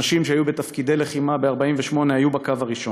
שנשים שהיו בתפקידי לחימה ב-1948 היו בקו הראשון.